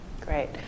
Great